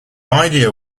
idea